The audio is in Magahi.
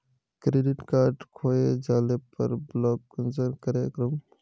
क्रेडिट कार्ड खोये जाले पर ब्लॉक कुंसम करे करूम?